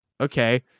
okay